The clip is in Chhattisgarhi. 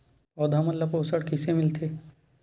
पौधा मन ला पोषण कइसे मिलथे?